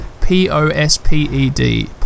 P-O-S-P-E-D